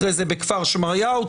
אחרי זה ב"כפר שמריהו".